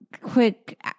quick